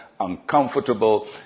Uncomfortable